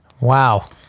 Wow